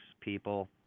people